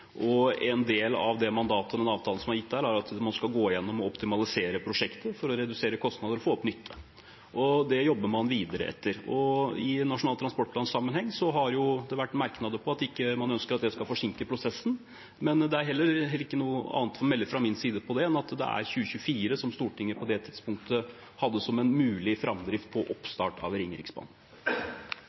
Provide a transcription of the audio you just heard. og en del av det mandatet og den avtalen er at man skal gå gjennom og optimalisere prosjektene for å redusere kostnader og få opp nytte. Det jobber man videre etter. I sammenheng med Nasjonal transportplan har det vært merknader om at man ikke ønsker at det skal forsinke prosessen, men fra min side er det heller ikke noe annet å melde om framdriften enn at det er 2024 Stortinget på det tidspunktet hadde som mulig oppstart av Ringeriksbanen.